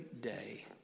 day